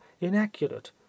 inaccurate